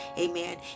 amen